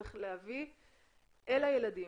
צריך להביא אל הילדים,